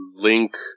Link